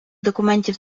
документів